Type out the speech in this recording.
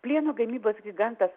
plieno gamybos gigantas